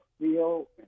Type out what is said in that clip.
feel